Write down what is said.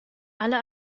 alle